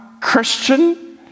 Christian